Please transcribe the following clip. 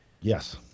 Yes